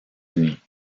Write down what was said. unis